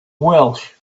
welch